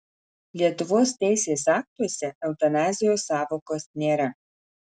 lietuvos teisės aktuose eutanazijos sąvokos nėra